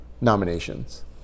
nominations